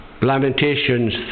Lamentations